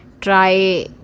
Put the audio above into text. try